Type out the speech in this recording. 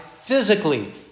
physically